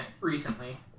recently